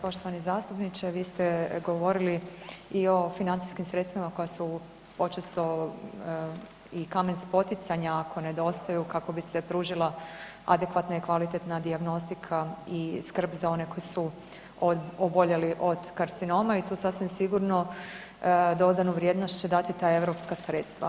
Poštovani zastupniče, vi ste govorili i o financijskim sredstvima koja su počesto i kamen spoticanja ako nedostaju kako bi se pružila adekvatna i kvalitetna dijagnostika i skrb za one koji su oboljeli od karcinoma i to sasvim sigurno dodanu vrijednost će dati ta europska sredstva.